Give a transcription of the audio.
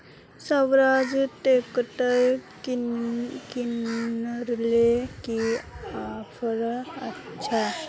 Swaraj tractor किनले की offer अच्छा?